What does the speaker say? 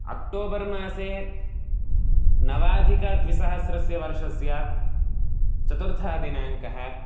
October मासे नवाधिकद्विसहस्रस्य वर्षस्य चतुर्थः दिनाङ्कः